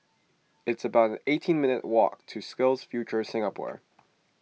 it's about eighteen minutes' walk to SkillsFuture Singapore